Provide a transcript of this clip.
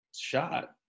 shot